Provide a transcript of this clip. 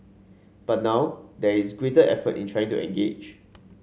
but now there is greater effort in trying to engage